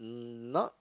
mm not